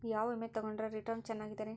ಯಾವ ವಿಮೆ ತೊಗೊಂಡ್ರ ರಿಟರ್ನ್ ಚೆನ್ನಾಗಿದೆರಿ?